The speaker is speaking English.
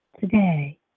Today